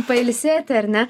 pailsėti ar ne